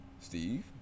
Steve